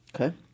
Okay